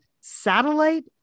Satellite